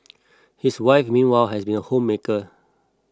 his wife meanwhile has been a homemaker